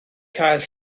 cael